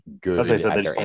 good